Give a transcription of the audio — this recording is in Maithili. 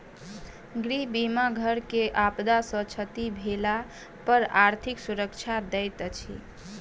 गृह बीमा घर के आपदा सॅ क्षति भेला पर आर्थिक सुरक्षा दैत अछि